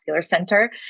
Center